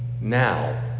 now